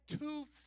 two